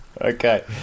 Okay